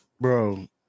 Bro